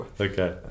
Okay